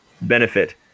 benefit